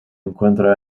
encuentra